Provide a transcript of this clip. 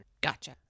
Gotcha